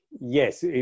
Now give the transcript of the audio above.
Yes